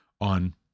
on